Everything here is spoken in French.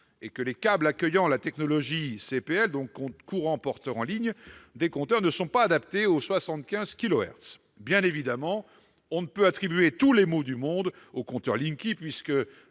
les câbles accueillant la technologie CPL- courants porteurs en ligne -des compteurs ne sont pas adaptés aux 75 kilohertz. Bien évidemment, on ne peut attribuer tous les maux du monde au compteur Linky, puisque